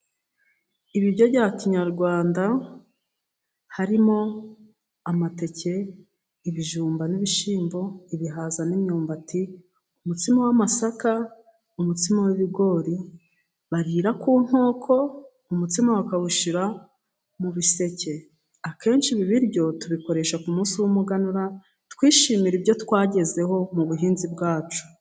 Ibiryo bya kinyarwanda harimo:amateke, ibijumba ,n'ibishyimbo ,ibihaza ,n'imyumbati ,umutsima w'amasaka ,umutsima w'ibigori barira ku nkoko, umutsima bakawushyra mu biseke ,akenshi ibi biryo tubikoresha ku munsi w'umuganura, twishimira ibyo twagezeho mu buhinzi bwacu.